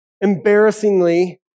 embarrassingly